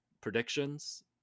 predictions